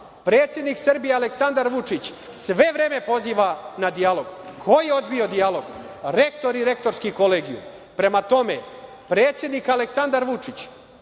Predsednik Srbije Aleksandar Vučić sve vreme poziva na dijalog. Ko je odbio dijalog? Rektor i Rektorski kolegijum. Prema tome, predsednik Aleksandar Vučić,